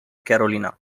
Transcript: carolina